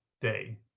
day